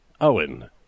Owen